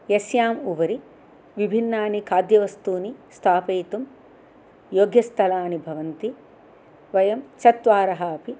यस्याम् उपरि विभिन्नानि खाद्यवस्तूनि स्थापयितुं योग्यस्थलानि भवन्ति वयं चत्वारः अपि